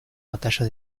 batalla